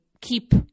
keep